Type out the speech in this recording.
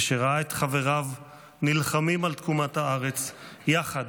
כשראה את חבריו נלחמים על תקומת הארץ יחד,